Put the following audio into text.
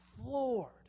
floored